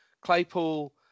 Claypool